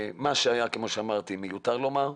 כמו שאמרתי, מה שהיה, מיותר לומר.